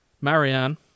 Marianne